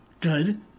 Good